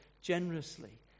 generously